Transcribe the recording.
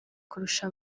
kurusha